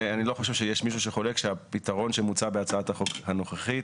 שיש מישהו שחולק שהפתרון שמוצע בהצעת החוק הנוכחית